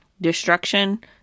destruction